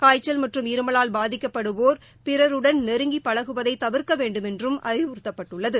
காய்ச்சல் மற்றும் இருமலால் பாதிக்கப்படுவோர் பிறருடன் நெருங்கி பழகுவதை தவிர்க்க வேண்டுமென்றும் அறிவுறுத்தப்பட்டுள்ளது